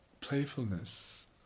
Playfulness